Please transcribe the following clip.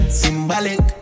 symbolic